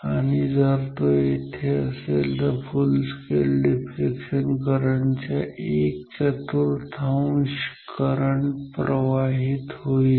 आणि जर तो येथे असेल तर फुल स्केल डिफ्लेक्शन करंट च्या एक चतुर्थांश करंट प्रवाहित होईल